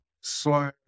slow